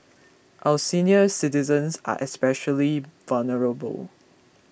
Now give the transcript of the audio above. our senior citizens are especially vulnerable